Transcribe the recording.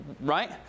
right